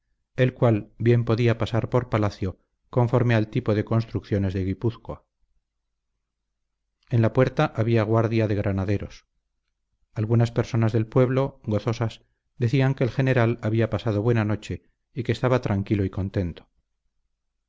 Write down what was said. el cual bien podía pasar por palacio conforme al tipo de construcciones de guipúzcoa en la puerta había guardia de granaderos algunas personas del pueblo gozosas decían que el general había pasado buena noche y que estaba tranquilo y contento